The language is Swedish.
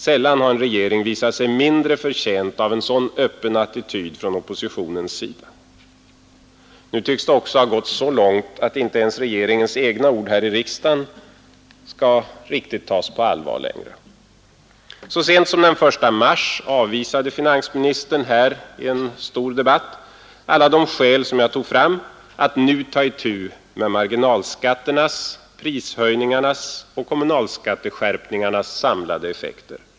Sällan har en regering visat sig mindre förtjänt av en sådan öppen attityd från oppositionens sida. Nu tycks det också ha gått så långt att inte ens regeringens egna ord här i riksdagen riktigt skall tas på allvar längre. Så sent som den 1 mars avvisade finansministern här i en stor debatt alla de skäl som jag förde fram för tanken att nu ta itu med marginalskatternas, prishöjningarnas och kommunalskatteskärpningarnas samlade effekter.